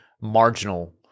marginal